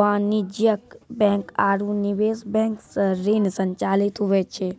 वाणिज्यिक बैंक आरू निवेश बैंक सं ऋण संचालित हुवै छै